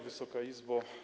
Wysoka Izbo!